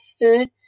food